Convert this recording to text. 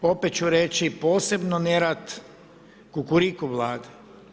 Opet ću reći, posebno nerad Kukuriku Vlade.